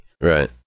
Right